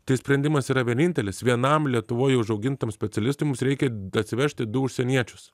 tai sprendimas yra vienintelis vienam lietuvoj užaugintam specialistui mums reikia atsivežti du užsieniečius